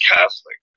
Catholic